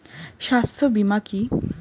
স্বাস্থ্য বীমা কি?